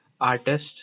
artist